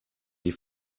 die